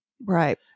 Right